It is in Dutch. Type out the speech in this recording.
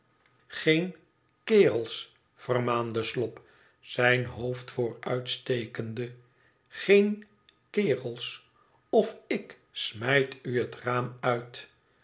geen t kerels vermaande slop zijn hoofd vooruitstekende geen kerels of ik smijt u het raam uit